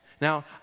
now